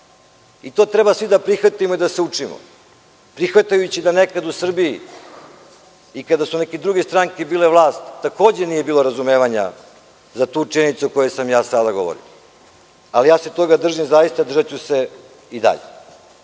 To treba svi da prihvatimo i da se učimo, prihvatajući da nekada u Srbiji, kada su neke druge stranke bile na vlasti, takođe nije bilo razumevanja za tu činjenicu o kojoj sam sada govorio, ali ja se toga držim i držaću se i dalje. Živimo